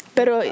Pero